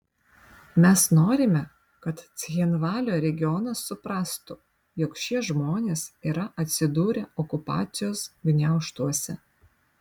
mes norime kad cchinvalio regionas suprastų jog šie žmonės yra atsidūrę okupacijos gniaužtuose